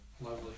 Lovely